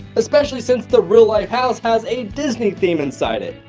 especially since the real life house has a disney theme inside it.